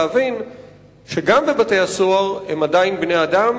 להבין שגם בבתי-הסוהר הם עדיין בני-אדם